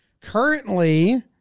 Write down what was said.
Currently